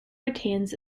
retains